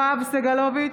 סגלוביץ'